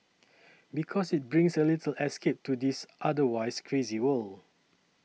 because it brings a little escape to this otherwise crazy world